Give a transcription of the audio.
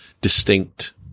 distinct